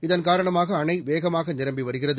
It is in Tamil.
இதன் காரணமாக அணை வேகமாக நிரம்பி வருகிறது